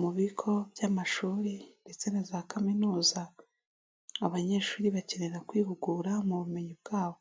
Mu bigo by'amashuri ndetse na za kaminuza, abanyeshuri bakenera kwihugura mu bumenyi bwabo.